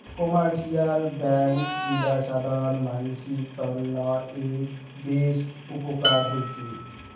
commercial bank গিলা সাধারণ মানসির তন্ন এ বেশ উপকার হৈছে